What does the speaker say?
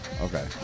Okay